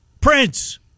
Prince